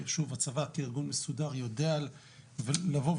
כי הצבא כארגון מסודר יודע לתת את הנתונים